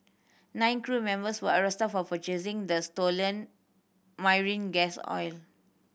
nine crew members were arrested for purchasing the stolen marine gas oil